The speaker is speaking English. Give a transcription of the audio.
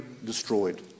Destroyed